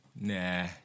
nah